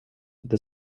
det